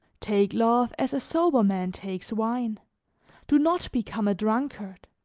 take love as a sober man takes wine do not become a drunkard.